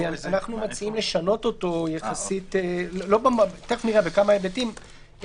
אנחנו מציעים לשנות אותו בכמה היבטים,